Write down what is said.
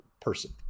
person